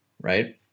right